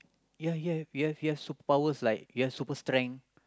yeah you you have you have super powers like you have super strength